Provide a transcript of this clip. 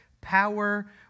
power